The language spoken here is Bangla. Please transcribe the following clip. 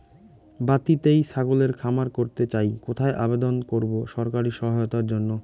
বাতিতেই ছাগলের খামার করতে চাই কোথায় আবেদন করব সরকারি সহায়তার জন্য?